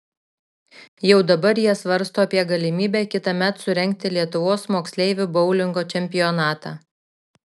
jau dabar jie svarsto apie galimybę kitąmet surengti lietuvos moksleivių boulingo čempionatą